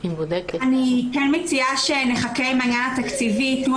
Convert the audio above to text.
אני כן מציעה שנחכה עם העניין התקציבי כדי